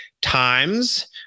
times